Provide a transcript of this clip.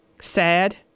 Sad